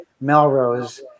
Melrose